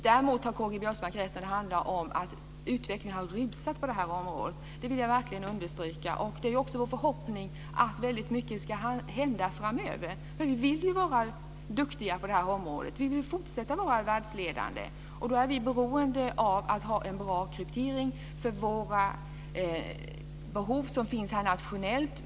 Däremot har K-G Biörsmark rätt när han säger att utvecklingen har rusat på det här området. Det vill jag verkligen understryka. Det är vår förhoppning att väldigt mycket ska hända framöver. Vi vill vara duktiga på det här området. Vi vill fortsätta att vara världsledande. Då är vi beroende av att ha en bra kryptering för våra behov nationellt.